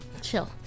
chill